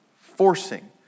forcing